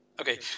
Okay